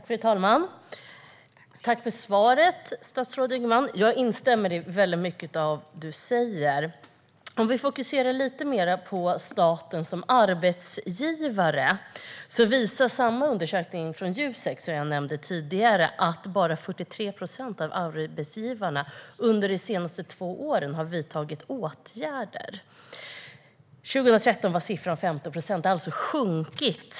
Fru talman! Tack för svaret, statsrådet Ygeman! Jag instämmer i mycket av det du säger. Jag vill fokusera lite mer på staten som arbetsgivare. Den undersökning från Jusek som jag nämnde tidigare visar att bara 43 procent av arbetsgivarna har vidtagit åtgärder under de senaste två åren. År 2013 var siffran 50 procent, så den har sjunkit.